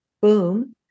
boom